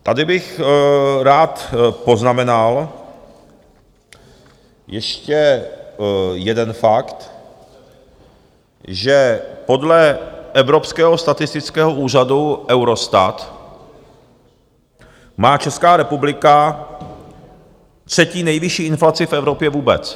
Tady bych rád poznamenal ještě jeden fakt, že podle evropského statistického úřadu Eurostat má Česká republika třetí nejvyšší inflaci v Evropě vůbec.